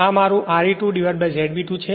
તો મારું R e 2 divided by Z B 2 છે